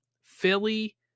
Philly